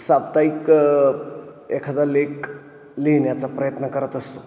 साप्ताहिक एखादा लेख लिहिण्या्चा प्रयत्न करत असतो